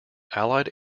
allied